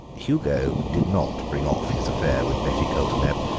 hugo did not bring off his affair with betty coulterneb.